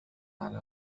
على